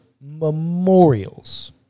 memorials